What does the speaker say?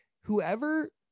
whoever